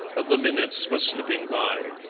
and the minutes were slipping by.